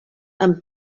amb